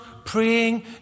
praying